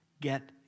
Get